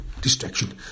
distraction